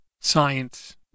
science